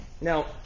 Now